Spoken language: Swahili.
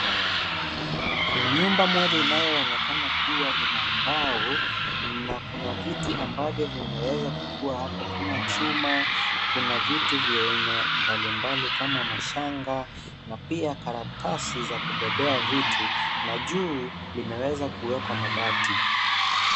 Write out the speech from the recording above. Kuna nyumba moja inayoonekana kuwa in mbao na kuna vitu ambavyo vimeweza kukuwa hapo kama chumba, kuna vitu vya aina mbalimbali kama shanga na pia karatasi za kubebea vitu na juu limeweza kuwekwa mabati.